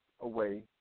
away